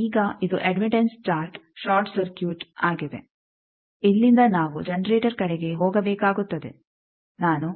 ಈಗ ಇದು admittance chart short circuit ಆಗಿದೆ ಇಲ್ಲಿಂದ ನಾವು ಜನರೇಟರ್ ಕಡೆಗೆ ಹೋಗಬೇಕಾಗುತ್ತದೆ ನಾನು